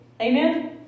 Amen